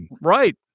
Right